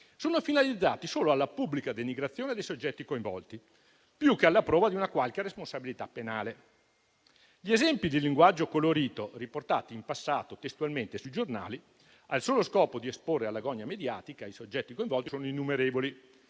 sono finalizzati solo alla pubblica denigrazione dei soggetti coinvolti, più che alla prova di una qualche responsabilità penale. Gli esempi di linguaggio colorito riportati in passato testualmente sui giornali al solo scopo di esporre alla gogna mediatica i soggetti coinvolti sono innumerevoli.